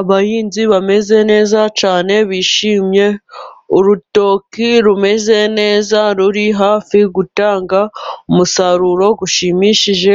Abahinzi bameze neza cyane bishimye. Irutoki rumeze neza ruri hafi gutanga umusaruro ushimishije